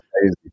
crazy